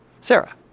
Sarah